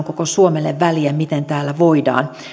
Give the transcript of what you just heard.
koko suomelle väliä miten täällä voidaan